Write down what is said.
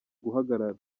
guhagarara